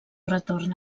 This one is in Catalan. retorn